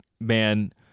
man